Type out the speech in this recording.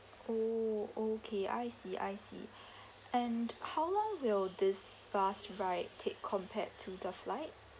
oh okay I see I see and how long will this bus ride take compared to the flight